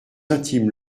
intime